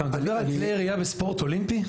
אתה מדבר על כלי ירייה בספורט אולימפי?